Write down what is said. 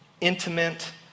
intimate